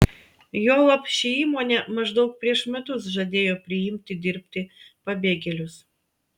juolab ši įmonė maždaug prieš metus žadėjo priimti dirbti pabėgėlius